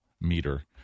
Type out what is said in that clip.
meter